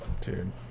dude